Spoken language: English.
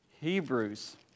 Hebrews